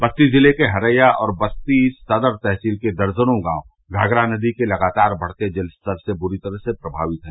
बस्ती जिले के हरैया और बस्ती सदर तहसील के दर्जनों गांव घाघरा नदी के लगातार बढ़ते जलस्तर से बुरी तरह से प्रमावित है